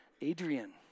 Adrian